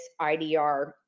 IDR